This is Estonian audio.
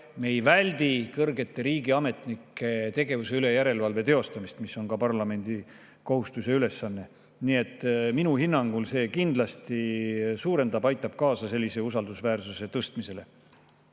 me ei väldi kõrgete riigiametnike tegevuse üle järelevalve teostamist, mis on parlamendi kohustus ja ülesanne. Minu hinnangul see kindlasti aitab kaasa usaldusväärsuse [taastamisele].